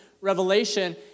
Revelation